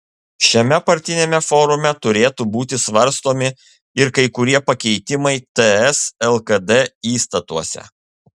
šiame partiniame forume turėtų būti svarstomi ir kai kurie pakeitimai ts lkd įstatuose